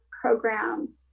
program